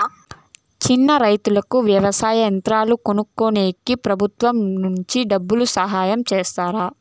చిన్న రైతుకు వ్యవసాయ యంత్రాలు కొనుక్కునేకి ప్రభుత్వం నుంచి డబ్బు సహాయం చేస్తారా?